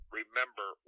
remember